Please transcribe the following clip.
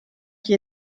qui